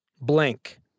blank